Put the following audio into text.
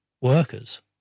workers